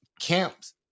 camps